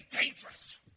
dangerous